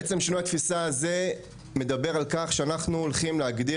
בעצם שינוי התפיסה הזה מדבר על כך שאנחנו הולכים להגדיר